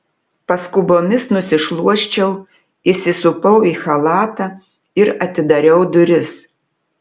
paskubomis nusišluosčiau įsisupau į chalatą ir atidariau duris